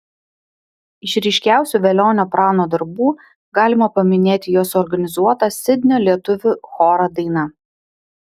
iš ryškiausių velionio prano darbų galima paminėti jo suorganizuotą sidnio lietuvių chorą daina